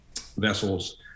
vessels